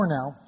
now